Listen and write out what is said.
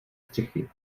střechy